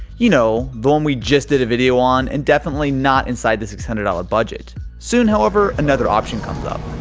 you know, the one we just did a video on, and definitely not inside the six hundred dollars ah budget. soon, however, another option comes up.